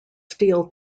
steel